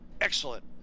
excellent